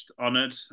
honoured